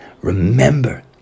Remember